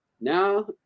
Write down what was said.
now